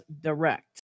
direct